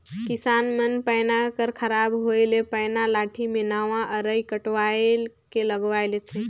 किसान मन पैना कर खराब होए ले पैना लाठी मे नावा अरई कटवाए के लगवाए लेथे